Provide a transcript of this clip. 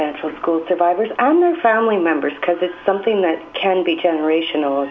dential school survivors under family members because it's something that can be generational